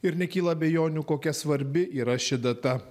ir nekyla abejonių kokia svarbi yra ši data